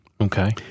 Okay